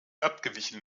abgewichen